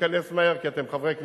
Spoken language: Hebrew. להיכנס מהר, כי אתם חברי כנסת,